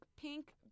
pink